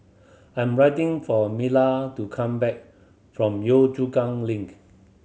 I'm writing for Mila to come back from Yio Chu Kang Link